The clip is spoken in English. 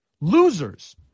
Losers